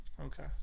Okay